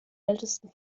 ältesten